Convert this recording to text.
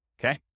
okay